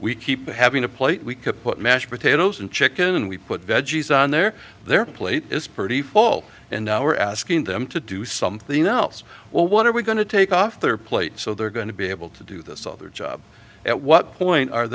we keep having a plate we could put mashed potatoes and chicken and we put veggies on their their plate is pretty full and now we're asking them to do something else what are we going to take off their plate so they're going to be able to do this other job at what point are